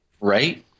Right